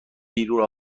بیرون